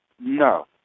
no